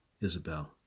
Isabel